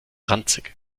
ranzig